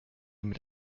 mit